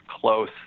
close